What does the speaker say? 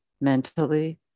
mentally